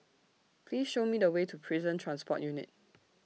Please Show Me The Way to Prison Transport Unit